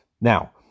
Now